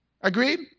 Agreed